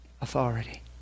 authority